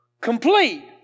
complete